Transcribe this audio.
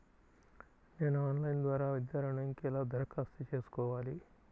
నేను ఆన్లైన్ ద్వారా విద్యా ఋణంకి ఎలా దరఖాస్తు చేసుకోవాలి?